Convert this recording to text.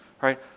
right